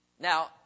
Now